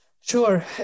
Sure